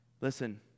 Listen